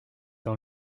dans